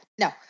No